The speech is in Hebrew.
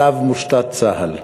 שעליו מושתת צה"ל.